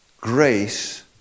grace